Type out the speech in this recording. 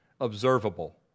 observable